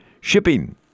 shipping